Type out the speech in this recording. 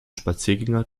spaziergänger